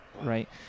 Right